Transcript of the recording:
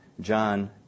John